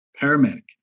Paramedic